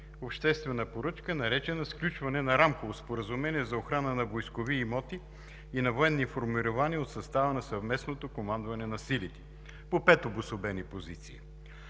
обществена поръчка, наречена „Сключване на Рамково споразумение за охрана на войскови имоти и на военни формирования от състава на Съвместното командване на силите“, по пет обособени позиции.